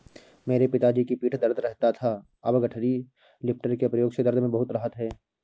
मेरे पिताजी की पीठ दर्द रहता था अब गठरी लिफ्टर के प्रयोग से दर्द में बहुत राहत हैं